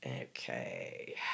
Okay